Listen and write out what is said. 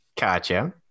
Gotcha